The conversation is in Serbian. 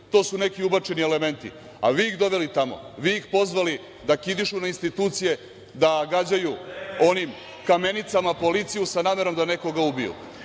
to su neki ubačeni elementi, a vi ih doveli tamo, vi ih pozvali da kidišu na institucije, da gađaju onim kamenicama policiju sa namerom da nekoga ubiju.Za